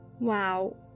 Wow